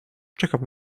czekam